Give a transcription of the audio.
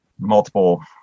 multiple